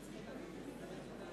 מצביעה